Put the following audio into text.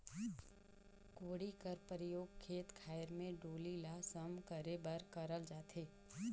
कोड़ी कर परियोग खेत खाएर मे डोली ल सम करे बर करल जाथे